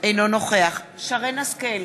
אינו נוכח שרן השכל,